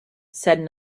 said